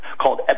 called